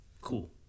cool